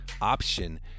option